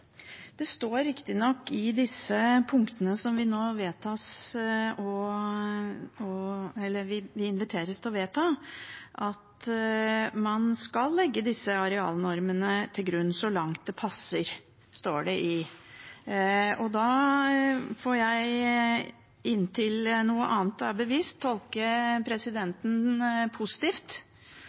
Det står riktignok i disse punktene som vi nå inviteres til å vedta, at man skal legge disse arealnormene til grunn så langt det passer. Og da får jeg – inntil noe annet er bevist – tolke presidenten positivt